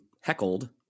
heckled